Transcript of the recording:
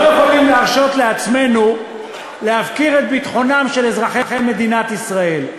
אנחנו לא יכולים להרשות לעצמנו להפקיר את ביטחונם של אזרחי מדינת ישראל.